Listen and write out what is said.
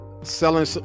selling